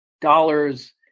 dollars